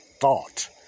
thought